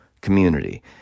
community